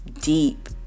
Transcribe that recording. deep